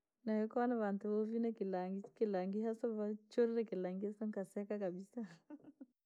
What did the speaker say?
Nawaya kuona vantu voo vina kilangi, kilangi haswa voo churi kilangi saa nkaseka kabisa.